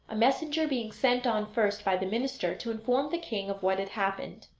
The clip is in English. a messenger being sent on first by the minister to inform the king of what had happened.